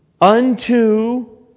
Unto